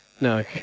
no